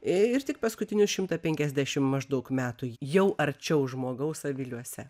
ir tik paskutinius šimtą penkiasdešim maždaug metų jau arčiau žmogaus aviliuose